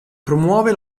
promuove